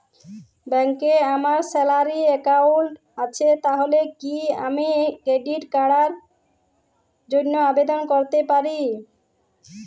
ব্যাংকে আমার salary account আছে তাহলে কি আমি ক্রেডিট কার্ড র জন্য আবেদন করতে পারি?